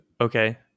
Okay